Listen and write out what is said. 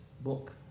book